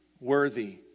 worthy